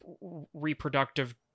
reproductive